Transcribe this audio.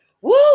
Woo